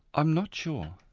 i'm not sure.